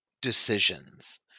decisions